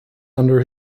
under